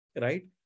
right